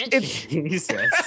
Jesus